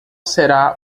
será